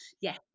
yes